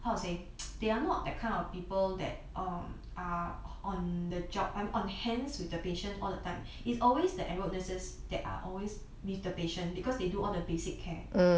how to say they are not that kind of people that err are on the job I'm on hands with the patient all the time it's always the enrolled nurses that are always with the patient because they do all the basic care